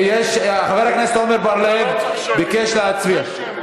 חבר הכנסת עמר בר-לב ביקש להצביע.